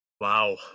Wow